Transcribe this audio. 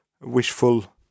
wishful